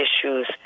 issues